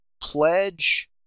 pledge